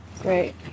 Great